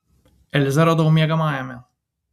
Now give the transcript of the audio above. elzę radau miegamajame